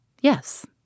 Yes